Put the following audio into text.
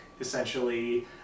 essentially